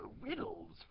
riddles